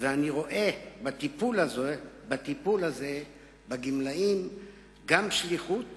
אני רואה בטיפול הזה בגמלאים גם שליחות